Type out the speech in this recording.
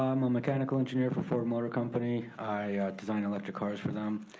um ah mechanical engineer for ford motor company. i design electric cars for them.